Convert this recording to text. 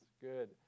Good